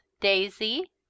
Daisy